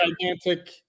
gigantic